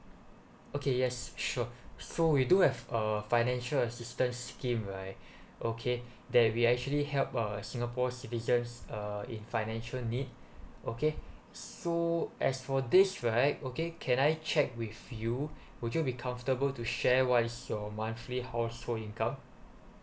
okay yes sure so we do have uh financial assistance scheme right okay there we actually help uh singapore citizens uh in financial need okay so as for this right okay can I check with you would you be comfortable to share what's your monthly household income